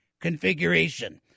configuration